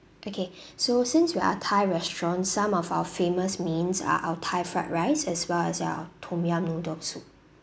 okay so since we are thai restaurants some of our famous mains are our thai fried rice as well as our tom yum noodle soup